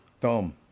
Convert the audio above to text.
Tom